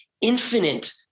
infinite